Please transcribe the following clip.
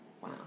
Wow